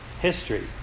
history